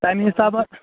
تَمہِ حسابہٕ